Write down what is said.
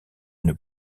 une